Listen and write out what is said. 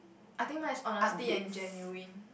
I think mine is honesty and genuine